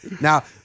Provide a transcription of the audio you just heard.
Now